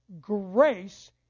Grace